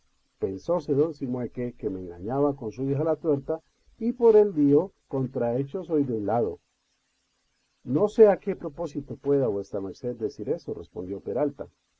decir pensóse don simueque que me engañaba con su hija la tuerta y por el dío contrecho soy de un lado no sé a qué propósito pueda vuesa merced decir eso respondió peralta